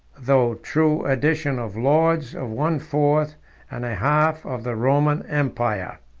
though true, addition of lords of one fourth and a half of the roman empire.